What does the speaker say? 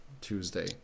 Tuesday